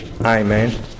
amen